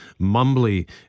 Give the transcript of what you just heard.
mumbly